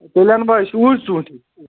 تیٚلہِ اَنہٕ وا أسۍ اوٗرۍ ژوٗنٛٹھی